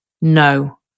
no